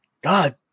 god